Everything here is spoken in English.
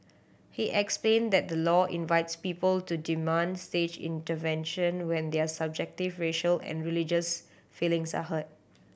he explained that the law invites people to demand state intervention when their subjective racial and religious feelings are hurt